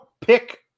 pick